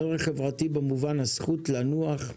ערך חברתי במובן הזכות לנוח,